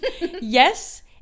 Yes